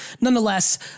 Nonetheless